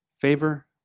favor